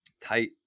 tight